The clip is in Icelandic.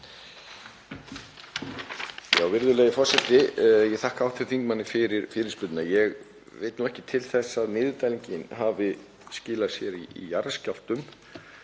Virðulegi forseti. Ég þakka hv. þingmanni fyrir fyrirspurnina. Ég veit ekki til þess að niðurdælingin hafi skilað sér í jarðskjálftum